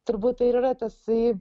turbūt tai ir yra tasai